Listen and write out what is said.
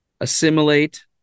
assimilate